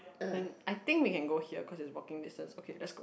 then I think we can go here cause it's walking distance okay let's go